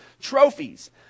trophies